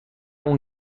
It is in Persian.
اون